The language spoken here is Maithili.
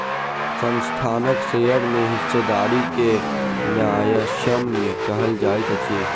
संस्थानक शेयर के हिस्सेदारी के न्यायसम्य कहल जाइत अछि